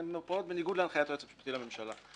אז הן פועלות בניגוד להנחיית היועץ המשפטי לממשלה.